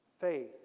Faith